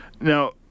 Now